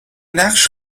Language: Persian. نقش